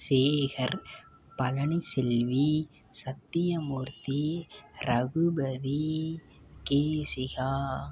Sekar Palani Selvi Sathyamoorthy Raghupathi Kesika